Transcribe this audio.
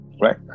Right